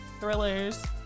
thrillers